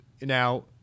Now